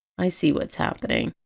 i see what's happening!